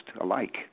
alike